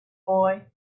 boy